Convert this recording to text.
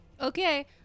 Okay